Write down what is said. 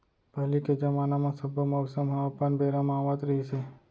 पहिली के जमाना म सब्बो मउसम ह अपन बेरा म आवत रिहिस हे